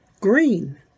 Green